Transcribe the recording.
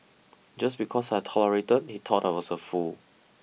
just because I tolerated he thought I was a fool